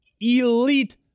elite